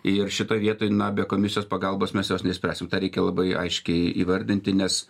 ir šitoj vietoj na be komisijos pagalbos mes jos neišspręsim reikia labai aiškiai įvardinti nes